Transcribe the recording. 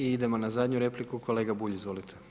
I idemo na zadnju repliku, kolega Bulj izvolite.